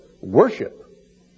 worship